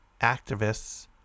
activists